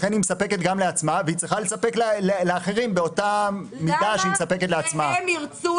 לכן היא מספקת גם לעצמה וצריכה לספק לאחרים באותה מידה שמספקת לעצמה.